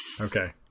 Okay